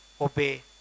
obey